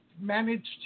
managed